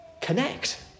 Connect